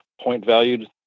point-valued